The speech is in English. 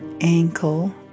ankle